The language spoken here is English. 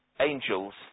angels